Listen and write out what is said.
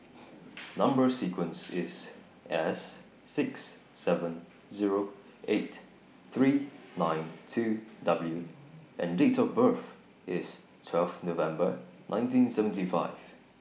Number sequence IS S six seven Zero eight three nine two W and Date of birth IS twelve November nineteen seventy five